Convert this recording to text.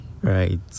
Right